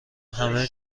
همه